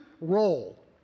role